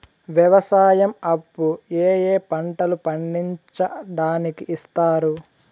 వ్యవసాయం అప్పు ఏ ఏ పంటలు పండించడానికి ఇస్తారు?